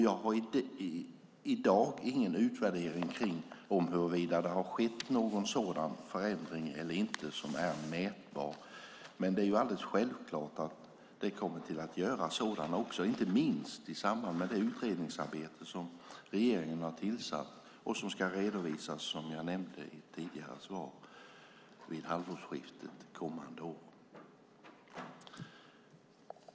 Jag har i dag ingen utvärdering om huruvida det har skett någon sådan förändring eller inte som är mätbar. Men det är alldeles självklart att det kommer att göras sådana inte minst i samband med det utredningsarbete som regeringen har tillsatt och som ska redovisas, som jag nämnde i ett tidigare inlägg, vid halvårsskiftet kommande år.